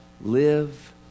live